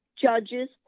judges